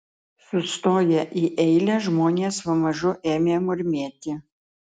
sustoję į eilę žmonės pamažu ėmė murmėti